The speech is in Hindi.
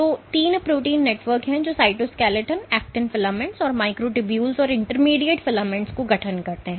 तो तीन प्रोटीन नेटवर्क हैं जो साइटोस्केलेटन एक्टिन फिलामेंट्स माइक्रोट्यूबुल्स और इंटरमीडिएट फिलामेंट्स का गठन करते हैं